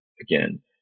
again